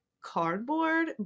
cardboard